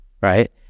right